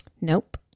Nope